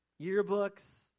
yearbooks